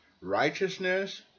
righteousness